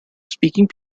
speaking